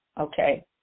Okay